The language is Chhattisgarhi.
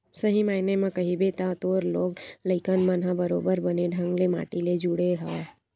सही मायने म कहिबे त तोर लोग लइका मन ह बरोबर बने ढंग ले माटी ले जुड़े हवय